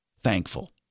thankful